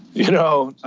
you know,